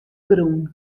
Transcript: grûn